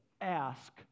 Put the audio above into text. ask